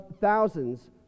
thousands